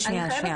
לטרנסג'נדרים.